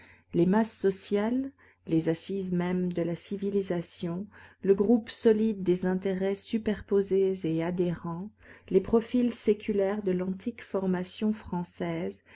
les masses sociales les assises mêmes de la civilisation le groupe solide des intérêts superposés et adhérents les profils séculaires de l'antique formation française